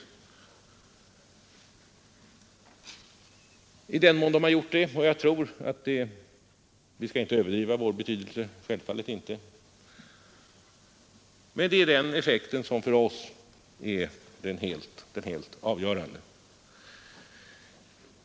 Vi skall självfallet inte överdriva vår betydelse, även om effekten varit ringa är det den som för oss är helt avgörande.